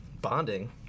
bonding